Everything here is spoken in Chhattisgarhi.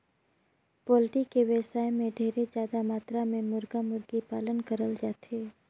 पोल्टी के बेवसाय में ढेरे जादा मातरा में मुरगा, मुरगी पालन करल जाथे